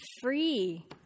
free